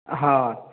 हाँ